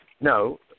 No